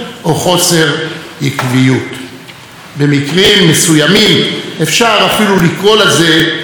במקרים מסוימים אפשר אפילו לקרוא לזה קשר עם המציאות.